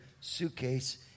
suitcase